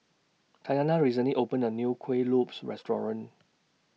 Tatyanna recently opened A New Kueh Lopes Restaurant